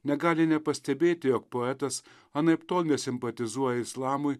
negali nepastebėti jog poetas anaiptol nesimpatizuoja islamui